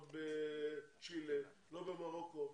לא בצ'ילה, לא במרוקו.